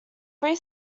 three